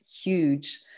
huge